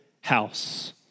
house